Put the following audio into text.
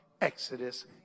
Exodus